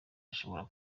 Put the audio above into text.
ashobora